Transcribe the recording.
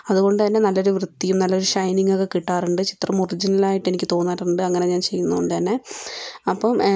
അതുകൊണ്ട് തന്നെ നല്ലൊരു വൃത്തിയും നല്ലൊരു ഷൈനിംഗ് ഒക്കെ കിട്ടാറുണ്ട് ചിത്രം ഒറിജിനൽ ആയിട്ട് എനിക്ക് തോന്നാറുണ്ട് അങ്ങനെ ഞാൻ ചെയ്യുന്നതുകൊണ്ട് തന്നെ അപ്പം